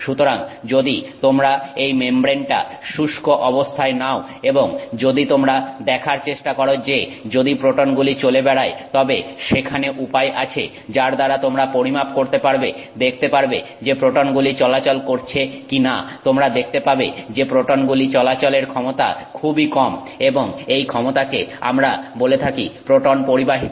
সুতরাং যদি তোমরা এই মেমব্রেনটা শুষ্ক অবস্থায় নাও এবং এবং যদি তোমরা দেখার চেষ্টা করো যে যদি প্রোটনগুলো চলে বেড়ায় তবে সেখানে উপায় আছে যার দ্বারা তোমরা পরিমাপ করতে পারবে দেখতে পারবে যে প্রোটনগুলি চলাচল করছে কি না তোমরা দেখতে পাবে যে প্রোটনগুলির চলাচলের ক্ষমতা খুবই কম এবং এই ক্ষমতাকে আমরা বলে থাকি প্রোটন পরিবাহিতা